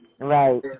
right